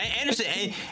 Anderson